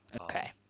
okay